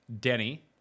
Denny